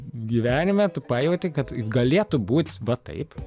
gyvenime tu pajauti kad galėtų būt va taip